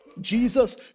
Jesus